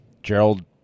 Gerald